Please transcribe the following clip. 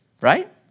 right